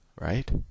right